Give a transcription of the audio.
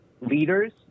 leaders